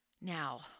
Now